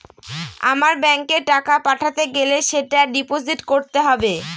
আমার ব্যাঙ্কে টাকা পাঠাতে গেলে সেটা ডিপোজিট করতে হবে